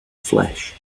flesh